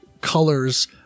colors